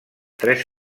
tres